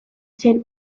zen